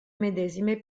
medesime